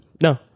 No